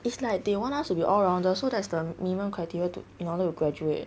it's like they want us to be all rounder so that's the minimum criteria to in order to graduate